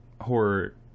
horror